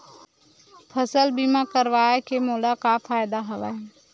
फसल बीमा करवाय के मोला का फ़ायदा हवय?